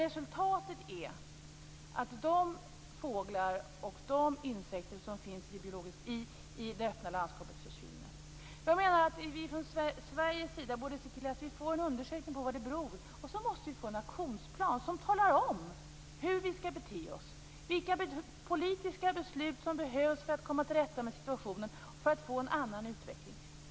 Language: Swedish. Resultatet är att de fåglar och insekter som finns i det öppna landskapet försvinner. Vi från Sveriges sida borde se till att det sker en undersökning av vad det hela beror på. Sedan måste det bli en aktionsplan som talar om hur vi skall bete oss, vilka politiska beslut som behövs för att komma till rätta med situationen för att få en annan utveckling.